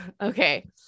Okay